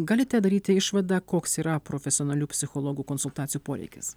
galite daryti išvadą koks yra profesionalių psichologų konsultacijų poreikis